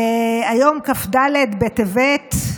היום כ"ד בטבת,